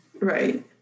Right